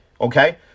okay